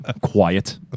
Quiet